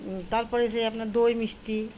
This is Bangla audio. তারপরে সে আপনার দই মিষ্টি